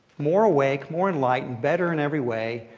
more awake, more enlightened, better in every way.